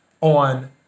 on